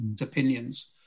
opinions